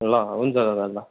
ल हुन्छ दादा ल